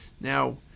Now